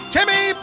Timmy